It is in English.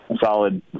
solid